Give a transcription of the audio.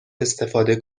استفاده